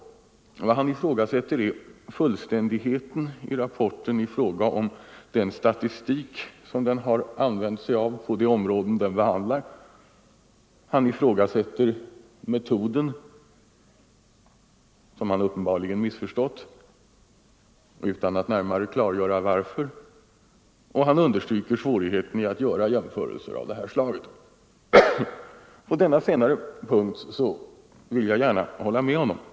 Vad socialministern ifrågasätter är fullständigheten i rapporten i fråga om statistik på de områden den behandlar, han ifrågasätter metoden, som han uppenbarligen missförstått, utan att närmare klargöra varför, och han understryker svårigheten i att göra jämförelser av det här slaget. På denna senare punkt vill jag gärna helt hålla med socialministern.